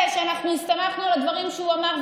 אנחנו הסתמכנו על הדברים שהוא אמר,